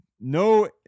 no